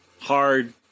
hard